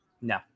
No